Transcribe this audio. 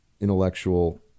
intellectual